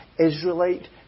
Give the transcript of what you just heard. Israelite